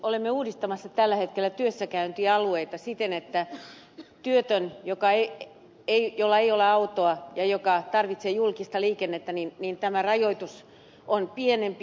olemme uudistamassa tällä hetkellä työssäkäyntialueita siten että työttömällä jolla ei ole autoa ja joka tarvitsee julkista liikennettä tämä rajoitus on pienempi